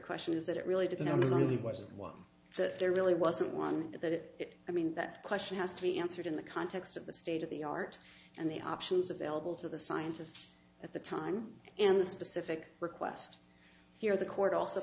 question is that it really depends on what it was that there really wasn't one that it i mean that question has to be answered in the context of the state of the art and the options available to the scientist at the time and the specific request here the court also